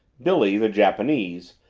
billy, the japanese,